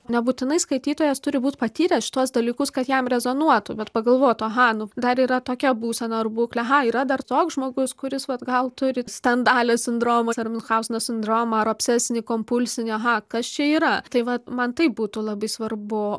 nebūtinai skaitytojas turi būt patyręs šituos dalykus kad jam rezonuotų bet pagalvotų aha nu dar yra tokia būsena ar būklė aha yra dar toks žmogus kuris vat gal turi stendalio sindromas ar miunchauzeno sindromą ar obsesinį kompulsinį aha kas čia yra tai vat man tai būtų labai svarbu